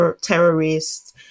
terrorists